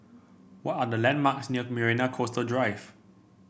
what are the landmarks near Marina Coastal Drive